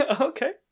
Okay